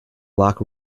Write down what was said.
block